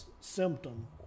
symptom